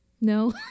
No